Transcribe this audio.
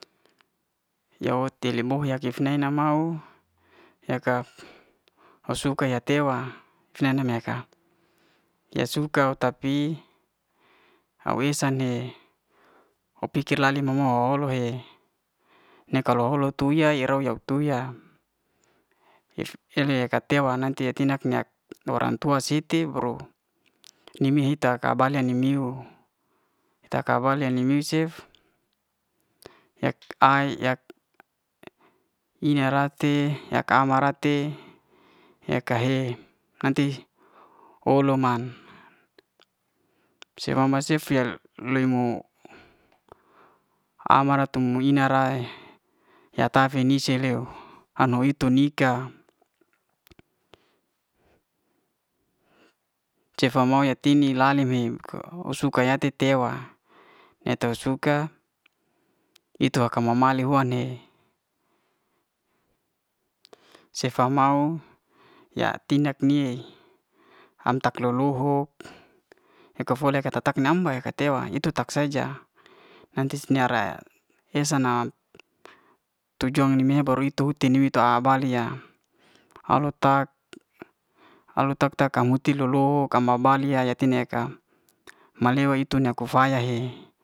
Ya huti le'muhya kif'nae nama hu ya ka ya suka ya teo'wa ne- ne ya ka ya'suka ya tapi ai'we sane ao pikir lali mo- mo ho'loh e ne kalau holou tu ya hui ya'ra ro tu tuh'ya. ya'le ka tewa nanti ta tindak nyak orang tua siti baru ni'mi hi ta ka bale ane miuw hi ta tabale ane miuw cef ina ra'i te yak ama ra te ya ka he nanti olo'man se ma man cef ya le mu ama ra tum ina'ra he ya tafe nisel leu an'nuhi tu nikah, sefa mau ya'tini ela'le me es suka yate te wa. na to suka itu oka ma'male huan ne sefa mau ya tindak nie am tak lo'lohok ya ka fole ya ka tak- tak nam yaka tewa itu tak saja nanti se ni'ara esa nam tu jong baru itu ti niuw tu'a bali ya alo tak. alo tak- tak ta mutih lo'loho kam ma bali ya tina ya ka ma leo itu na kufaya he.